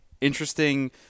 interesting